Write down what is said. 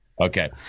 Okay